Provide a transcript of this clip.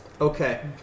Okay